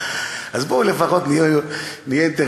אז בואו לפחות נהיה אינטרסנטים.